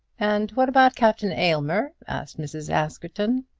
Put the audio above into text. and what about captain aylmer? asked mrs. askerton.